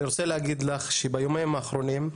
אני רוצה להגיד לך שביומיים האחרונים,